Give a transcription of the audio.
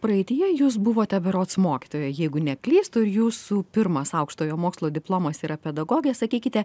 praeityje jūs buvote berods mokytoja jeigu neklystu ir jūsų pirmas aukštojo mokslo diplomas yra pedagogė sakykite